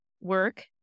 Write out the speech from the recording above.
work